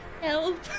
help